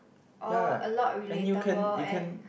ya and you can you can